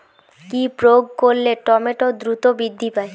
কি প্রয়োগ করলে টমেটো দ্রুত বৃদ্ধি পায়?